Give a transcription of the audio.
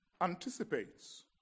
anticipates